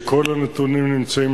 כל הנתונים נמצאים